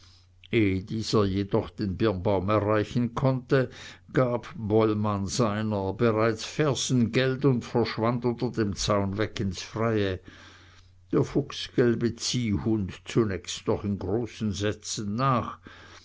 dieser jedoch den birnbaum erreichen konnte gab bollmann seiner bereits fersengeld und verschwand unter dem zaun weg ins freie der fuchsgelbe ziehhund zunächst noch in großen sätzen nach